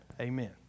amen